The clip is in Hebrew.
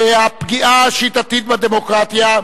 הפגיעה השיטתית בדמוקרטיה,